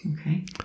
Okay